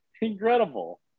incredible